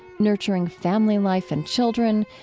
nurturing family life and children,